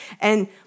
And-